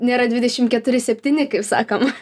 nėra dvidešim keturi septyni kaip sakoma